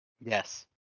Yes